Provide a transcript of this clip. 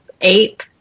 ape